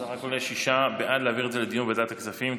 בסך הכול יש שישה בעד להעביר את זה לדיון בוועדת הכספים.